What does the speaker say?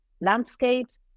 landscapes